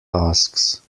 tasks